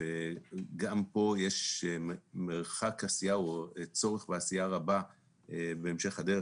גם פה יש צורך בעשייה רבה בהמשך הדרך